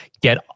get